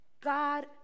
God